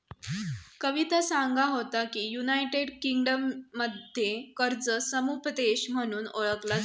कविता सांगा होता की, युनायटेड किंगडममध्ये कर्ज समुपदेशन म्हणून ओळखला जाता